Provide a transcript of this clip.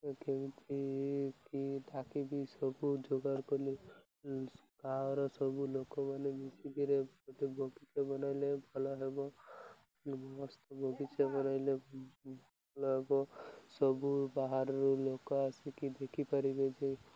କେମିତି କି ଡାକିକି ସବୁ ଯୋଗାଡ଼ କଲେ ଗାଁର ସବୁ ଲୋକମାନେ ମିଶିକିରେ ଗୋଟେ ବଗିଚା ବନାଇଲେ ଭଲ ହେବ ମସ୍ତ ବଗିଚା ବନାଇଲେ ଭଲ ହେବ ସବୁ ବାହାରରୁ ଲୋକ ଆସିକି ଦେଖିପାରିବେ ଯେ